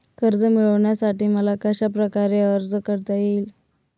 कर्ज मिळविण्यासाठी मला कशाप्रकारे अर्ज करता येईल?